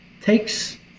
takes